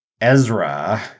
Ezra